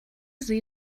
sie